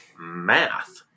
math